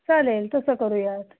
चालेल तसं करूयात